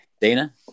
Dana